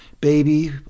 baby